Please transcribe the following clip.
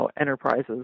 enterprises